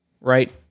right